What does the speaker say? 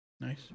Nice